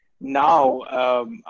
now